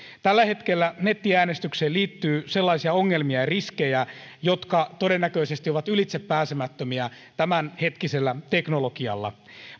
tällä hetkellä nettiäänestykseen liittyy sellaisia ongelmia ja riskejä jotka todennäköisesti ovat ylitsepääsemättömiä tämänhetkisellä teknologialla